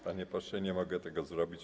Panie pośle, nie mogę tego zrobić.